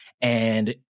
and-